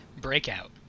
Breakout